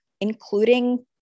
including